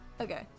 Okay